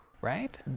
right